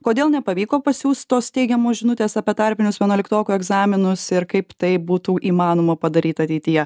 kodėl nepavyko pasiųst tos teigiamos žinutės apie tarpinius vienuoliktokų egzaminus ir kaip tai būtų įmanoma padaryt ateityje